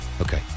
Okay